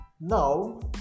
Now